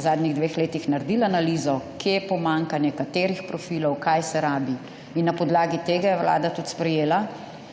zadnjih dveh letih naredili analizo, kje je pomanjkanje, katerih profilov, kaj se rabi, in na podlagi tega je Vlada tudi sprejela